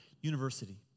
University